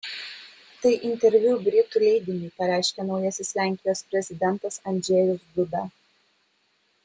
tai interviu britų leidiniui pareiškė naujasis lenkijos prezidentas andžejus duda